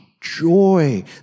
Joy